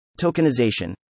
Tokenization